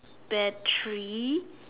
battery